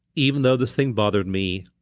even though this thing bothered me,